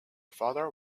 father